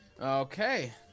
Okay